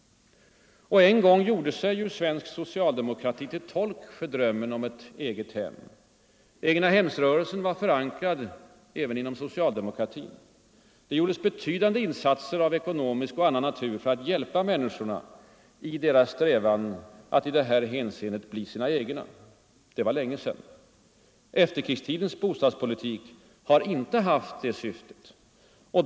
En gång gjorde sig svensk socialdemokrati till tolk för drömmen om ett eget hem. Egnahemsrörelsen var förankrad även inom socialdemokratin. Det gjordes betydande insatser av ekonomisk och annan natur för att hjälpa människorna i deras strävan att i det här hänseendet bli sina egna. Det var länge sedan. Efterkrigstidens bostadspolitik har inte haft det syftet.